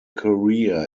career